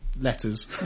letters